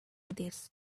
this